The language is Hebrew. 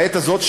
בעת הזאת,